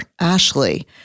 Ashley